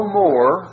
more